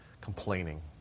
complaining